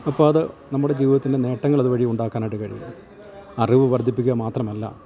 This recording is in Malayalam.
അപ്പം അത് നമ്മുടെ ജീവിതത്തിൻ്റെ നേട്ടങ്ങളത് വഴി ഉണ്ടാക്കാനായിട്ട് കഴിയും അറിവ് വർദ്ധിപ്പിക്കുക മാത്രമല്ല